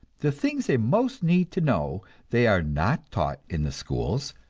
the things they most need to know they are not taught in the schools,